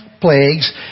plagues